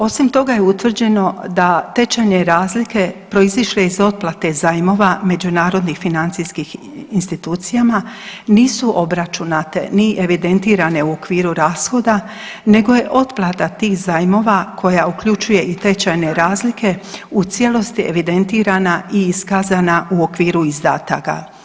Osim toga je utvrđeno da tečajne razlike proizišle iz otplate zajmova međunarodnih financijskih institucija nisu obračunate ni evidentirane u okviru rashoda, nego je otplata tih zajmova koja uključuje i tečajne razlike u cijelosti evidentirana i iskazna u okviru izdataka.